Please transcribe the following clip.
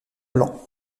blanc